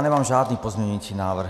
Nemám žádný pozměňovací návrh.